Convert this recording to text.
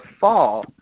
fall